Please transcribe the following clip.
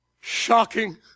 Shocking